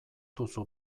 duzu